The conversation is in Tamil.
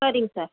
சரிங்க சார்